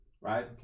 right